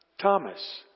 Thomas